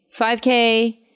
5K